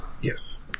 Yes